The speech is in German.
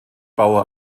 baue